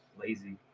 lazy